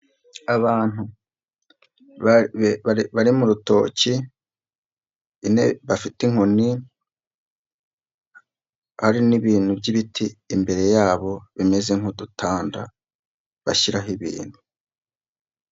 Abantu bari mu rutoki, nyine bafite inkoni hari n'ibintu by'ibiti imbere yabo bimeze nk'udutanda bashyiraho ibintu.